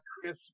Chris